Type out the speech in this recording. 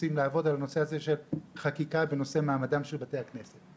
רוצים לעבוד על הנושא הזה של חקיקה בנושא מעמדם של בתי הכנסת.